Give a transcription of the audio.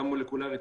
גם מולקולרית,